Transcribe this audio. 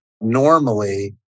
normally